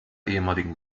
ehemaligen